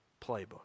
playbook